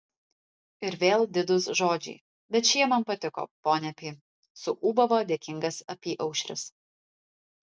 ir vėl didūs žodžiai bet šie man patiko ponia pi suūbavo dėkingas apyaušris